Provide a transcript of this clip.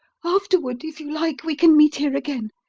afterward, if you like, we can meet here again.